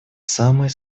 самой